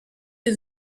une